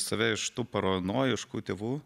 save iš tų paranojiškų tėvų